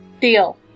Deal